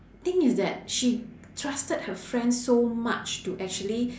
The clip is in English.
thing is that she trusted her friend so much to actually